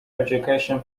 education